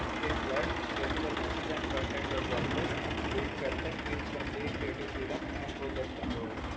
it lets creative agencies and front-end web developers build websites with complete creative freedom and project control.